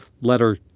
letter